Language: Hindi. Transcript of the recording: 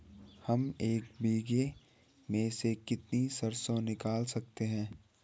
हम एक बीघे में से कितनी सरसों निकाल सकते हैं?